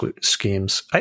schemes